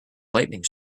lightning